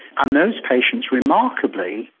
and those patients, remarkably,